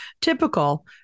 typical